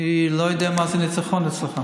אני לא יודע מה זה ניצחון אצלך.